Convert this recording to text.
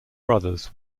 brothers